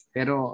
Pero